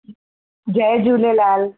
Jay Jhulelal